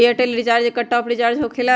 Airtel recharge एकर top off recharge होकेला?